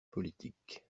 politique